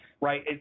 right